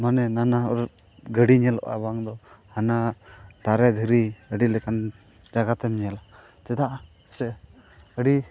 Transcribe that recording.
ᱢᱟᱱᱮ ᱱᱟᱱᱟ ᱜᱟᱹᱰᱤ ᱧᱮᱞᱚᱜᱼᱟ ᱵᱟᱝ ᱫᱚ ᱦᱟᱱᱟ ᱫᱟᱨᱮ ᱫᱷᱤᱨᱤ ᱟᱹᱰᱤ ᱞᱮᱠᱟᱱ ᱡᱟᱭᱜᱟ ᱛᱮᱢ ᱧᱮᱞᱟ ᱪᱮᱫᱟᱜ ᱥᱮ ᱟᱹᱰᱤ